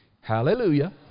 Hallelujah